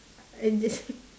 uh this